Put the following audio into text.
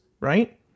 right